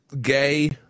Gay